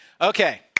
Okay